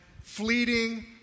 fleeting